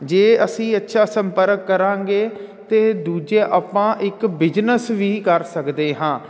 ਜੇ ਅਸੀਂ ਅੱਛਾ ਸੰਪਰਕ ਕਰਾਂਗੇ ਤਾਂ ਦੂਜੇ ਆਪਾਂ ਇੱਕ ਬਿਜਨਸ ਵੀ ਕਰ ਸਕਦੇ ਹਾਂ